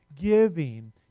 giving